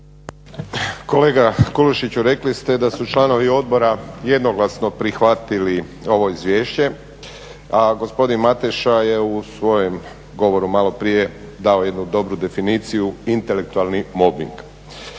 Kolega Kulušiću, rekli ste da su članovi odbora jednoglasno prihvatili ovo izvješće, a gospodin Mateša je u svojem govoru maloprije dao jednu dobru definiciju, intelektualni mobing.